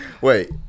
Wait